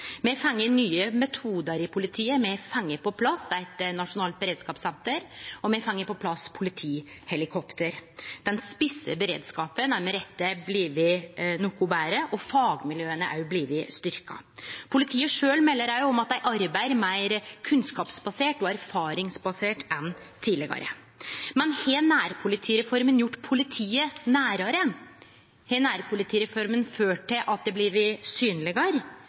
Me har fått nye metodar i politiet, me har fått på plass eit nasjonalt beredskapssenter, og me har fått på plass eit nytt politihelikopter. Den spisse beredskapen er med rette blitt noko betre, og fagmiljøa er òg blitt styrkte. Politiet sjølve meldar om at dei arbeider meir kunnskapsbasert og erfaringsbasert enn tidlegare. Men har nærpolitireforma gjort politiet nærare? Har nærpolitireforma ført til at